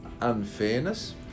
unfairness